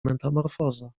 metamorfoza